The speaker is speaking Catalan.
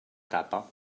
tapa